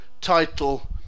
title